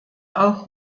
auch